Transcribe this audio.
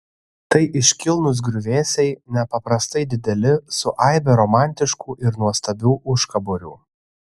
tai iškilnūs griuvėsiai nepaprastai dideli su aibe romantiškų ir nuostabių užkaborių